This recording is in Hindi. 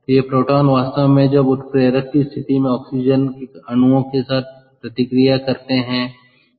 तो ये प्रोटॉन वास्तव में तब उत्प्रेरक की उपस्थिति में ऑक्सीजन के अणुओं के साथ प्रतिक्रिया करते हैं